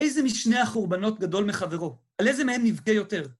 ‫איזה משני החורבנות גדול מחברו? ‫על איזה מהם נבכה יותר?